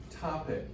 topic